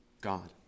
God